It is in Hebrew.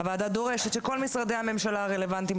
הוועדה דורשת שכל משרדי הממשלה הרלוונטיים